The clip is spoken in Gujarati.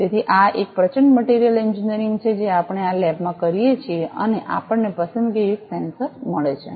તેથી આ એક પ્રચંડ મટિરીયલ એન્જિનિયરિંગ છે જે આપણે આ લેબમાં કરીએ છીએ અને આપણને પસંદગીયુક્ત સેન્સર મળે છે